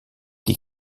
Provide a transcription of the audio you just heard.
des